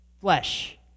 Flesh